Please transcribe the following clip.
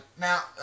now